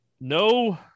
No